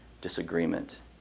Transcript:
disagreement